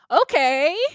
okay